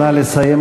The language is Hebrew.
נא לסיים,